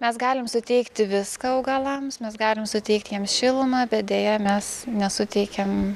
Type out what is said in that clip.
mes galim suteikti viską augalams mes galim suteikt jiem šilumą bet deja mes nesuteikiam